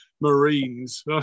Marines